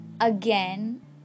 Again